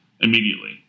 immediately